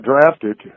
drafted